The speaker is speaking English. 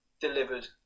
delivered